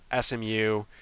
SMU